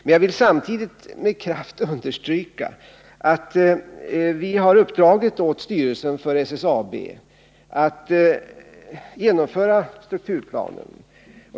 Men jag vill samtidigt med kraft understryka att vi har uppdragit åt styrelsen för SSAB att genomföra strukturplanen.